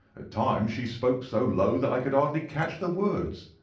at times she spoke so low that i could hardly catch the words.